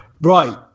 Right